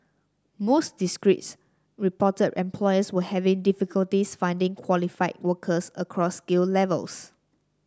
most districts reported employers were having difficulties finding qualified workers across skill levels